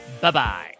Bye-bye